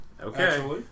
Okay